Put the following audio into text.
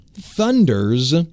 Thunders